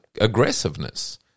aggressiveness